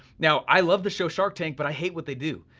now, i love the show shark tank, but i hate what they do,